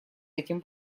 этим